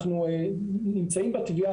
אנחנו נמצאים בתביעה,